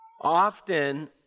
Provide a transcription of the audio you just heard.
Often